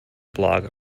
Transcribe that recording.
blog